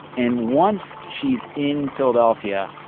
and once she's in philadelphia,